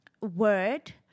word